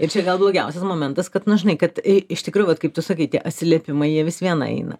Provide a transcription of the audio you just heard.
ir čia gal blogiausias momentas kad na žinai kad iš tikrųjų vat kaip tu sakai tie atsiliepimai jie vis viena eina